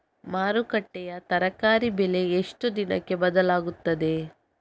ಮಾರುಕಟ್ಟೆಯ ತರಕಾರಿ ಬೆಲೆ ಎಷ್ಟು ದಿನಕ್ಕೆ ಬದಲಾಗುತ್ತದೆ?